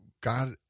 God